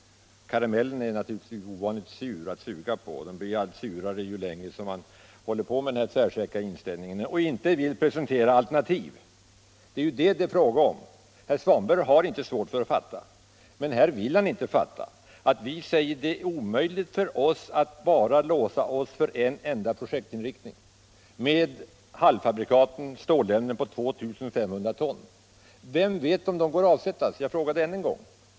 Hela denna karamell är naturligtvis ovanligt sur, och den blir allt surare ju längre man framhärdar i sin tvärsäkra inställning och inte vill precisera alternativ. Det är ju det det är fråga om. Herr Svanberg har inte svårt att fatta, men här vill han inte förstå att det är omöjligt för oss att låsa oss för en enda projektinriktning med halvfabrikat i form av stålämnen på 2 500 ton. Jag frågar än en gång: Vem vet om de går att avsätta?